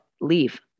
Leave